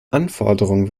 anforderungen